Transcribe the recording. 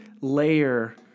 layer